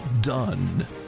done